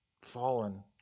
fallen